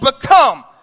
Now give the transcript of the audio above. become